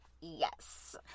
yes